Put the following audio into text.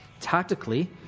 tactically –